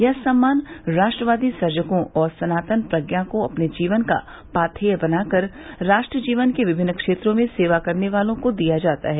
यह सम्मान राष्ट्रवादी सर्जकों और सनातन प्रज्ञा को अपने जीवन का पाथेय बना कर राष्ट्र जीवन के विभिन्न क्षेत्रों में सेवा करने वालों को दिया जाता है